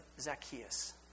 Zacchaeus